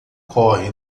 corre